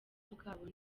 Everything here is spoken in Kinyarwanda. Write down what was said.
bwabo